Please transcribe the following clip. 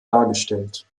dargestellt